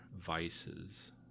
vices